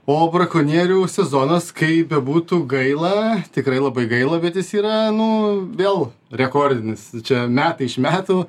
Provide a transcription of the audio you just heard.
o brakonierių sezonas kaip bebūtų gaila tikrai labai gaila bet jis yra nu vėl rekordinis čia metai iš metų